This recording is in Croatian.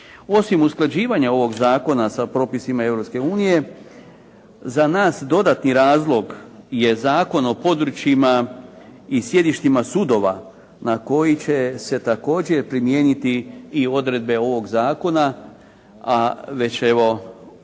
Osim usklađivanja ovog zakona sa propisima Europske unije za nas dodatni razlog je Zakon o područjima i sjedištima sudovima na koji će se također primijeniti i odredbe ovog zakona, a već evo